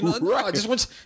Right